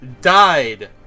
died